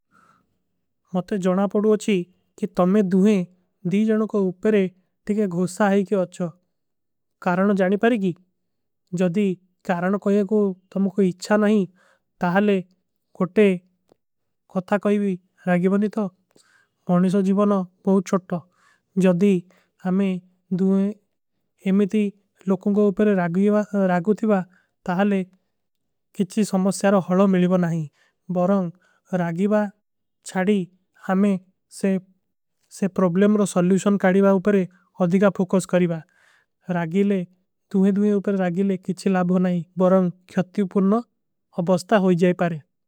ମତେ ଜଣା ପଡୂ ଅଚ୍ଛୀ କି ତମେଂ ଦୁହେଂ ଦୀ ଜଣୋଂ କୋ ଉପରେ ତିକ୍କେ ଘୋଶା। ହାଈ କୀ ଅଚ୍ଛୋ କାରଣୋଂ ଜାନୀ ପାରୀ କୀ ଜଦୀ କାରଣୋଂ କୋଈକୋ ତମୋଂ। କୋଈ ଇଚ୍ଛା ନହୀଂ ତାହଲେ କୋଟେ କହତା କାଈବୀ ରାଗୀବନୀ ଥୋ ବାନିଶୋ। ଜୀଵନୋଂ ବହୁତ ଚୋଟ୍ଟୋ ଜଦୀ ଆମେଂ ଦୁହେଂ ଏମେଟୀ ଲୋକୋଂ କୋ ଉପରେ। ରାଗୂ ଥୀବା ତାହଲେ କିଛୀ ସମସ୍ଯାରୋଂ ହଲୋ। ମିଲୀବନାଈ ବରଂଗ ରାଗୀବା ଛାଡୀ ଆମେଂ ସେ। ପ୍ରୋବଲେମ ରୋ ସଲୂଶନ କାଡୀବା ଉପରେ ଅଧିକା ଫୋକସ। କରୀବା ରାଗୀଲେ ତୁହେଂ ଦୁହେଂ ଉପରେ ରାଗୀଲେ କିଛୀ ଲାବ। ହୋ ନାଈ ବରଂଗ ଖ୍ଯତ୍ଯୂ ପୁନ୍ନ ଅପସ୍ତା ହୋଈ ଜାଏ ପାରେ।